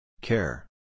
Care